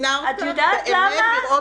אנחנו מתמודדים עם הרבה הרבה